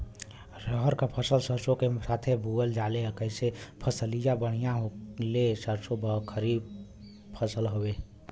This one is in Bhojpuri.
रहर क फसल सरसो के साथे बुवल जाले जैसे फसलिया बढ़िया होले सरसो रबीक फसल हवौ